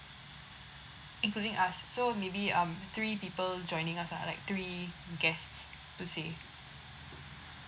including us so maybe um three people joining us ah like three guests to say